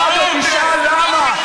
אל תבוא ברדיו ותשאל למה.